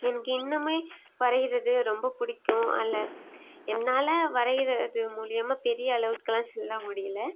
எனக்கு இன்னுமே வரையிறது ரொம்ப பிடிக்கும் அதில் என்னால் வரையிறது மூலியமாக பெரிய அளவுக்கு எல்லாம் செல்ல முடியில